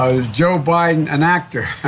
was joe biden an actor?